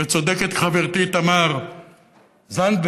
וצודקת חברתי תמר זנדברג,